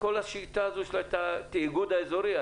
הסיפור של התיאגוד האזורי.